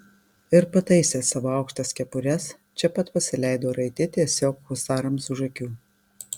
ir pataisę savo aukštas kepures čia pat pasileido raiti tiesiog husarams už akių